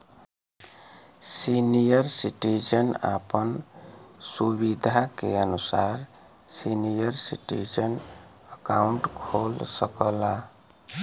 senior citizen आपन सुविधा के अनुसार सीनियर सिटीजन अकाउंट खोल सकला